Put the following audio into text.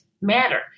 matter